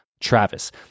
Travis